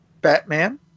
Batman